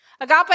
Agape